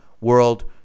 world